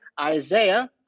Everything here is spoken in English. Isaiah